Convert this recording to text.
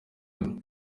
hano